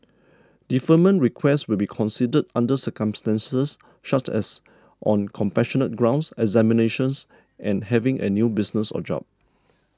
deferment requests will be considered under circumstances such as on compassionate grounds examinations and having a new business or job